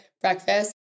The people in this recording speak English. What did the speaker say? breakfast